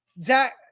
Zach